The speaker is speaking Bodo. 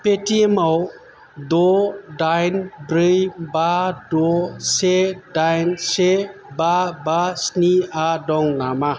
पेटिएमआव द दाइन ब्रै बा द से दाइन से बा बा स्निआ दं नामा